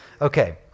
Okay